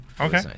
okay